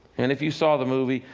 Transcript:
and if you saw the movie,